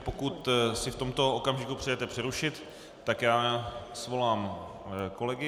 Pokud si v tomto okamžiku přejete přerušit, tak svolám kolegy.